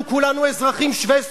אנחנו כולנו אזרחים שווי זכויות.